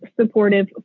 supportive